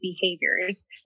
behaviors